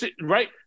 right